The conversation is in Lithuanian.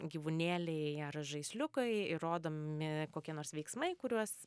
gyvūnėliai ar žaisliukai ir rodomi kokie nors veiksmai kuriuos